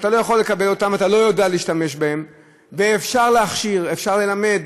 הם לא חלמו בחיים על תסריט אחר מלבד